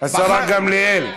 השרה גמליאל.